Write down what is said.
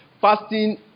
Fasting